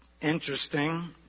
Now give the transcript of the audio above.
interesting